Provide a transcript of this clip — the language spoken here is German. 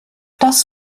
das